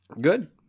Good